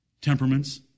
temperaments